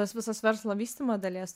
tas visas verslo vystymo dalies